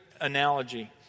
analogy